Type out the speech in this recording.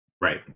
Right